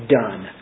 done